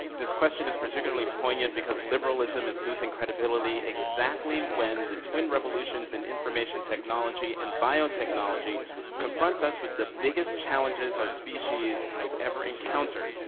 this question is particularly poignant because liberalism is losing credibility exactly when the twin revolutions in information technology and biotechnology confront us with the biggest challenges our species has ever encountered.